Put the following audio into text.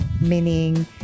meaning